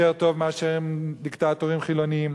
יותר טוב מאשר עם דיקטטורים חילונים.